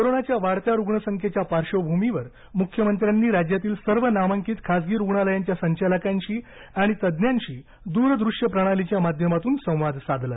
कोरोनाच्या वाढत्या रुग्णसंख्येच्या पार्वभूमीवर मुख्यमंत्र्यांनी राज्यातील सर्व नामांकित खासगी रुग्णालयांच्या संचालकांशी आणि तज्ज्ञांशी द्रदुश्य प्रणालीच्या माध्यमातून संवाद साधला